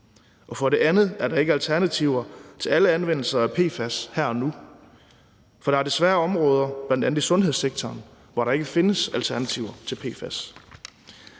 og for det andet er der ikke alternativer til alle anvendelser af PFAS her og nu, for der er desværre områder, bl.a. i sundhedssektoren, hvor der ikke findes alternativer til PFAS.